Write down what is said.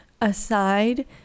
aside